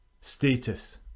status